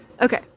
Okay